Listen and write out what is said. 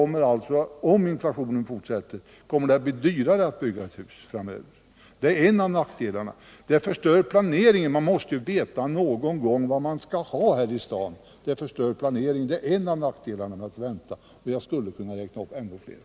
Men om inflationen fortsätter kommer det att bli dyrare att bygga ett hus för varje år vi dröjer — det ären av nackdelarna. Man förrycker också planeringen om man väntar. och vi måste ju någon gång veta hur vi skall ha det i den här staden. Det är en annan nackdel, och jag skulle kunna nämna fera.